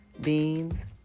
beans